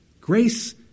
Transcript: Grace